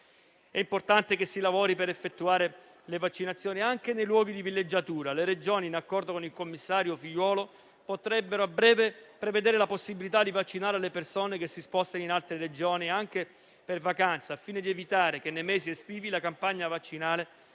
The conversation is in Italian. È importante che si lavori per effettuare le vaccinazioni anche nei luoghi di villeggiatura. Le Regioni, in accordo con il commissario Figliuolo, potrebbero a breve prevedere la possibilità di vaccinare le persone che si spostano in altre Regioni anche per vacanza, al fine di evitare che nei mesi estivi la campagna vaccinale